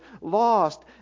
lost